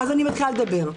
אז אני מתחילה לדבר.